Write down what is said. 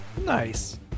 nice